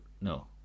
no